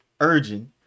urgent